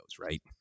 right